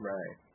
Right